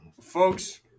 folks